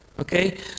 okay